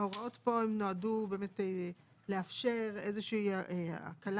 ההוראות פה הן נועדו באמת לאפשר איזה שהיא הגנה